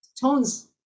tones